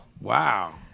Wow